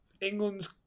England's